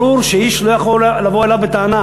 ברור שאיש לא יכול לבוא אלי בטענה.